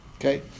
Okay